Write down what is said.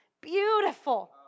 Beautiful